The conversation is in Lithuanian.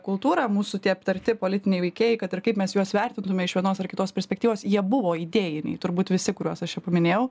kultūrą mūsų tie aptarti politiniai veikėjai kad ir kaip mes juos vertintume iš vienos ar kitos perspektyvos jie buvo idėjiniai turbūt visi kuriuos aš čia paminėjau